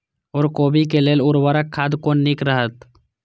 ओर कोबी के लेल उर्वरक खाद कोन नीक रहैत?